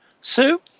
Sue